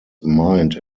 mind